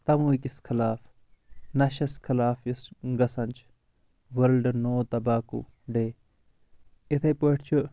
تَمٲکِس خٕلاف نَشس خٕلاف یُس گَژَھان چھُ وٕرلڈٕ نو تَباکوٗ ڈے اِتھے پٲٹھۍ چھُ